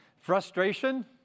frustration